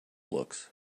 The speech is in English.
looks